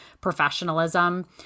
professionalism